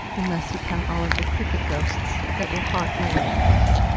unless you count all of the cricket ghosts that will haunt my underpants.